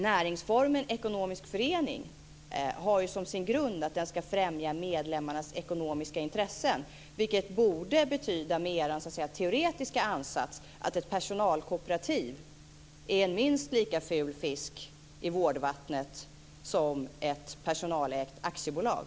Näringsformen ekonomisk förening har ju som sin grund att den ska främja medlemmarnas ekonomiska intressen, vilket med er teoretiska ansats borde betyda att ett personalkooperativ är en minst lika ful fisk i vårdvattnet som ett personalägt aktiebolag.